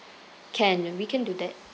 can ya we can do that